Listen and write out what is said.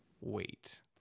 wait